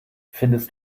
findest